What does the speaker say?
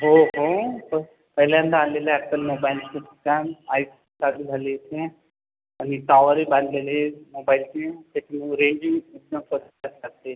हो काय पहिल्यांदा आलेले आजकाल मोबाईलमध्ये काम आईस चालू झाले इथे आनि टॉवरही बांधलेली आहेत मोबाईलची त्याची रेंजही एकदम फर्स्ट क्लास असते